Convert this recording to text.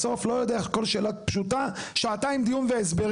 בסוף לא יודע איך כל שאלה פשוטה שעתיים דיון והסברים.